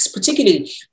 particularly